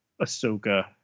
Ahsoka